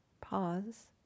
pause